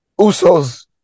usos